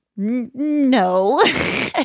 no